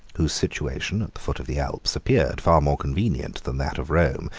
whose situation, at the foot of the alps, appeared far more convenient than that of rome,